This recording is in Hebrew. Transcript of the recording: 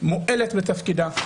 מועלת בתפקידה,